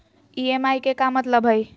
EMI के का मतलब हई?